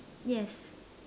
yes